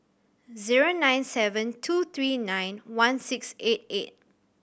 zero nine seven two three nine one six eight eight